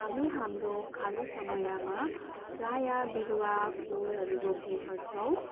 हामी हाम्रो खाली समयमा प्राय बिरुवा फुलहरू रोप्ने गर्छौँ